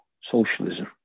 socialism